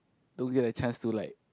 don't get a chance to like